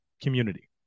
community